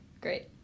Great